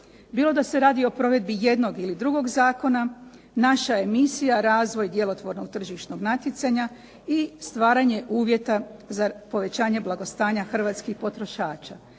Bilo da se radi o provedbi jednog ili drugog zakona naša je misija razvoj djelotvornog tržišnog natjecanja i stvaranje uvjeta za povećanje blagostanja hrvatskih potrošača.